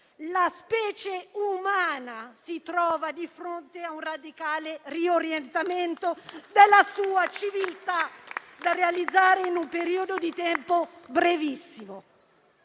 la specie umana si trova di fronte a un radicale riorientamento della sua civiltà, da realizzare in un periodo di tempo brevissimo.